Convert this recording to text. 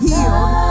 Healed